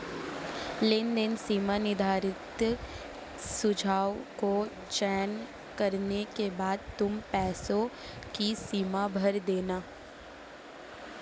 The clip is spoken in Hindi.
लेनदेन सीमा निर्धारित सुझाव को चयन करने के बाद तुम पैसों की सीमा भर देना